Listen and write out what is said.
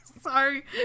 sorry